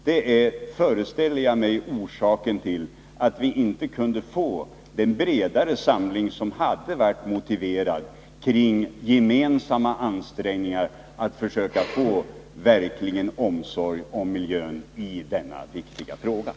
Detta var, föreställer jag mig, orsaken till att vi inte kunde få den bredare samling som hade varit motiverad kring gemensamma ansträngningar att i denna viktiga fråga verkligen få enighet när det gäller omsorgen om miljön.